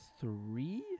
three